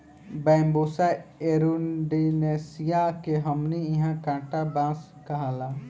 Bambusa arundinacea के हमनी इन्हा कांटा बांस कहाला